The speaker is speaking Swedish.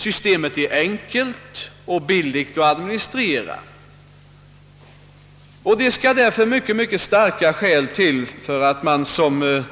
Systemet är enkelt och billigt att administrera och det skall därför mycket starka skäl till för att såsom